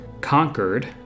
conquered